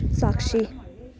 साक्षी